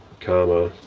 comma.